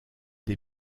des